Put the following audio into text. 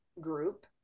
group